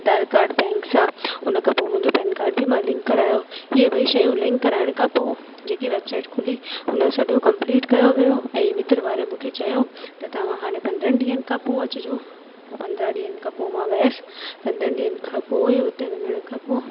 Aadhaar card bank सां हुन खां पोइ मुंहिंजो पैन काड बि मां लिंक करायो इहे ॿई शयूं लिंक कराइण खां पोइ जेकी वेबसाइट खुली उन सॼो कम्पलीट कयो वियो हुओ ऐं मित्र वारे मूंखे चयो त तव्हां हाणे पंद्रहनि ॾींहनि खां पोइ अचिजो पोइ पंद्रहं ॾींहनि खां पो मां वयसि पंद्रहनि ॾींअनि खां पोइ हुते वञण खां पोइ